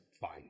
fine